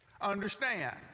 Understand